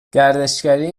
گردشگری